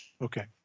Okay